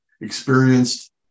experienced